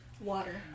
Water